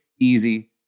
easy